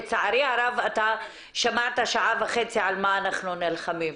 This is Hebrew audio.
לצערי הרב, אתה שמעת שעה וחצי על מה אנחנו נלחמים.